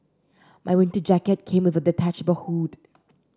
my winter jacket came with a detachable hood